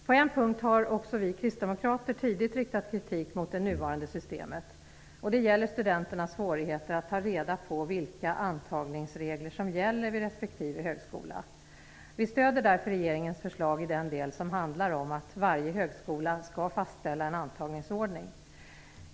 På en punkt har också vi kristdemokrater tidigt riktat kritik mot det nuvarande systemet. Det gäller studenternas svårigheter att ta reda på vilka antagningsregler som gäller vid respektive högskola. Vi stöder därför regeringens förslag i den del som handlar om att varje högskola skall fastställa en antagningsordning.